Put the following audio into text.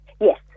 Yes